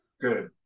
Good